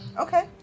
Okay